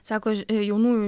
sako jaunųjų